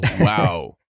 Wow